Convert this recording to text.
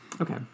Okay